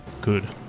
Good